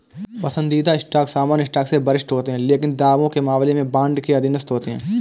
पसंदीदा स्टॉक सामान्य स्टॉक से वरिष्ठ होते हैं लेकिन दावों के मामले में बॉन्ड के अधीनस्थ होते हैं